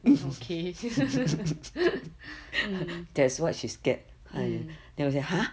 okay mm mm